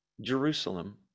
Jerusalem